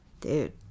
dude